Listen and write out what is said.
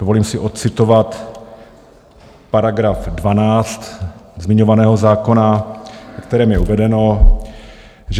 Dovolím si odcitovat § 12 zmiňovaného zákona, ve kterém je uvedeno, že